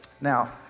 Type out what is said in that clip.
Now